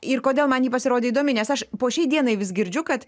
ir kodėl man ji pasirodė įdomi nes aš po šiai dienai vis girdžiu kad